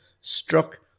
struck